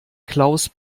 klaus